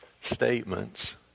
statements